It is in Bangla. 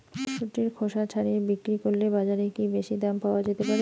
মটরশুটির খোসা ছাড়িয়ে বিক্রি করলে বাজারে কী বেশী দাম পাওয়া যেতে পারে?